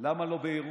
למה לא בירוחם?